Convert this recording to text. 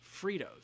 Fritos